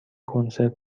کنسرت